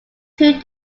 two